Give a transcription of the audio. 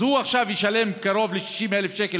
אז הוא עכשיו ישלם קרוב ל-60,000 שקל